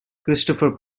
christopher